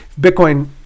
bitcoin